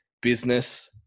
business